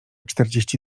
czterdzieści